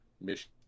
mission